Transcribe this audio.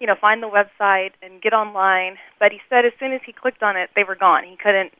you know, find the website and get online. but he said as soon as he clicked on it, they were gone. he couldn't